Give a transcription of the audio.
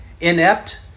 inept